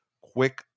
quick